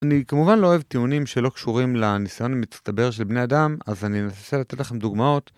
אני כמובן לא אוהב טיעונים שלא קשורים לניסיון המצטבר של בני אדם, אז אני אנסה לתת לכם דוגמאות.